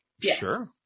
Sure